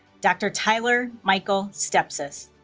dr. tyler michael stepsis